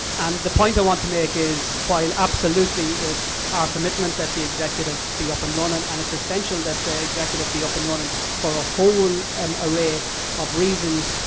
and the point i want to make is, while absolutely, it's our commitment that the executive be up and running. and it's essential that the executive be up and running for a whole um array of reasons.